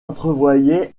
entrevoyait